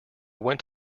went